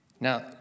Now